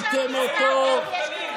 אנחנו צריכים את הרס בית המשפט?